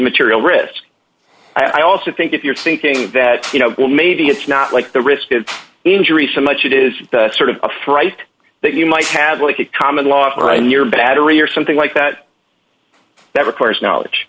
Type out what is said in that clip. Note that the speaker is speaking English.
material risk i also think if you're thinking that you know well maybe it's not like the risk of injury so much it is sort of a fright that you might have like a common law for on your battery or something like that that requires knowledge